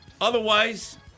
Otherwise